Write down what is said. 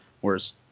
Whereas